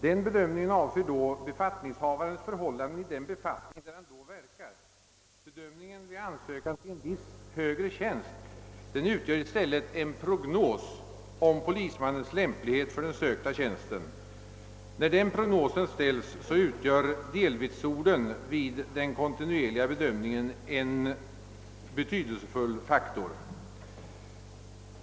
Denna bedömning avser befattningshavarens förhållande i den befattning han för tillfället innehar. Bedömningen vid ansökan till en viss högre tjänst utgör i stället en prognos om polismannens lämplighet för den sökta tjänsten. När denna prognos ställs utgör delvitsorden vid den kontinuerliga bedömningen en betydelsefull faktor.